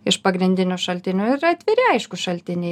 iš pagrindinių šaltinių ir atviri aišku šaltiniai